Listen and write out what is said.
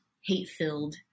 hate-filled